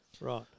Right